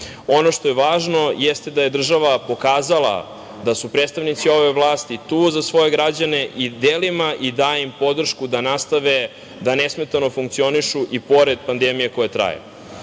što je važno jeste da je država pokazala da su predstavnici ove vlasti tu za svoje građane i delima i daje im podršku da nastave da nesmetano funkcionišu i pored pandemije koja traje.U